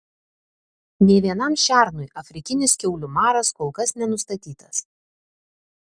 nė vienam šernui afrikinis kiaulių maras kol kas nenustatytas